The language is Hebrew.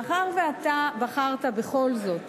מאחר שאתה בחרת בכל זאת